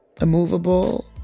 immovable